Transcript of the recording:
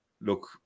look